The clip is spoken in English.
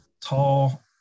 tall